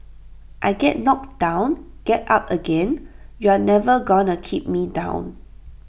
I get knocked down get up again you're never gonna keep me down